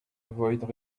avoid